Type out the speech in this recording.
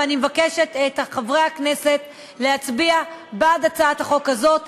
ואני מבקשת מחברי הכנסת להצביע בעד הצעת החוק הזאת.